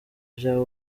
vya